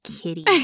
kitty